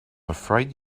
afraid